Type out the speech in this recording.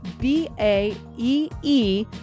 B-A-E-E